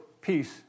peace